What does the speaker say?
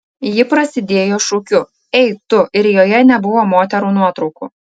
ji prasidėjo šūkiu ei tu ir joje nebuvo moterų nuotraukų